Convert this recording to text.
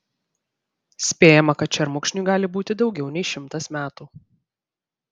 spėjama kad šermukšniui gali būti daugiau nei šimtas metų